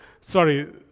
Sorry